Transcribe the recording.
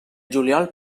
juliol